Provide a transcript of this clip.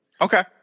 Okay